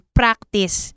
practice